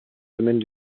domaines